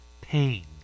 Pain